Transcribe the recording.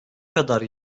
kadar